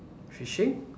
fishing